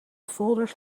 folders